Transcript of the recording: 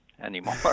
anymore